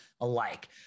alike